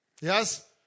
Yes